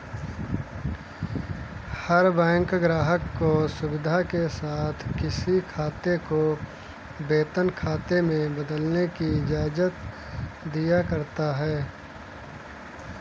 हर bank ग्राहक को सुविधा के साथ किसी खाते को वेतन खाते में बदलने की इजाजत दिया करता है